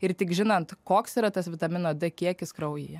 ir tik žinant koks yra tas vitamino d kiekis kraujyje